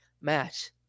match